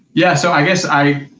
yeah, so, i guess i,